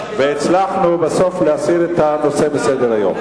והצלחנו בסוף להסיר את הנושא מסדר-היום.